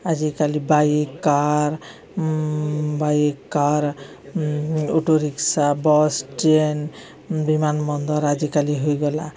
ଆଜିକାଲି bike car bike car auto rickshaw bus train ବିମାନ ବନ୍ଦର ଆଜିକାଲି ହୋଇଗଲା